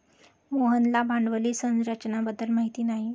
मोहनला भांडवली संरचना बद्दल माहिती नाही